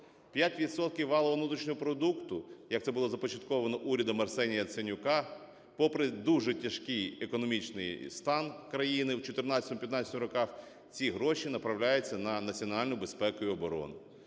валового внутрішнього продукту, як це було започатковано урядом Арсенія Яценюка, попри дуже тяжкий економічний стан країни в 2014-2015 роках, ці гроші направляються на національну безпеку і оборону,